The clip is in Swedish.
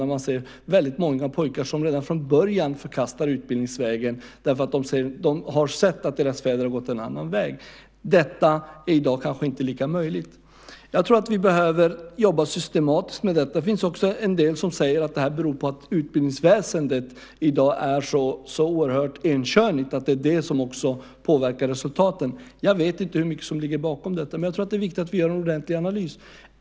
Där ser man många pojkar som redan från början förkastar utbildningsvägen eftersom de har sett att deras fäder har gått en annan väg. Det är kanske inte lika möjligt i dag. Jag tror att vi behöver jobba systematiskt med detta. Det finns en del som säger att det här beror på att utbildningsväsendet i dag är så enkönigt och att det påverkar resultaten. Jag vet inte hur mycket det ligger i detta, men jag tror att det är viktigt att vi gör en ordentlig analys.